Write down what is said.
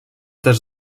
też